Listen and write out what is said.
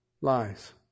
lies